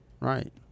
Right